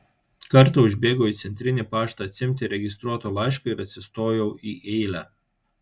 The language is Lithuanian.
kartą užbėgau į centrinį paštą atsiimti registruoto laiško ir atsistojau į eilę